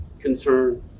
concern